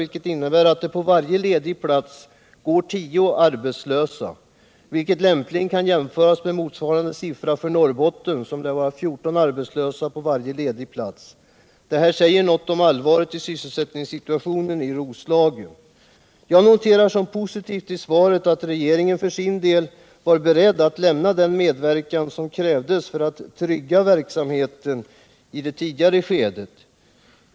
Det innebär att det på varje ledig plats går 10 arbetslösa, vilket kan jämföras med motsvarande siffra för Norrbotten; där lär det gå 14 arbetslösa på varje ledig plats. Detta säger något om allvaret i sysselsättningssituationen i Roslagen. Jag noterar som positivt i svaret att regeringen för sin del var beredd att lämna den medverkan som krävdes för att trygga verksamheten i det tidigare skedet.